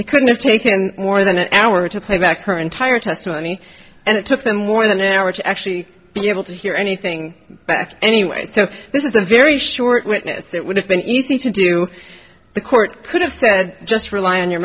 it couldn't have taken more than an hour to playback her entire testimony and it took them more than an hour to actually be able to hear anything but anyway so this is a very short witness that would have been easy to do the court could have said just rely on your